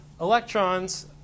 Electrons